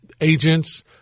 agents